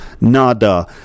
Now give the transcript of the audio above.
Nada